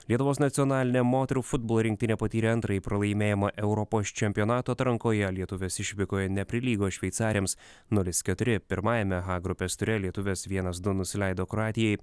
lietuvos nacionalinė moterų futbolo rinktinė patyrė antrąjį pralaimėjimą europos čempionato atrankoje lietuvės išvykoje neprilygo šveicarėms nulis keturi pirmajame h grupės ture lietuvės vienas du nusileido kroatijai